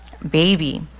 baby